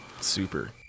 Super